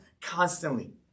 constantly